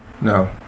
No